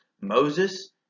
Moses